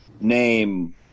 name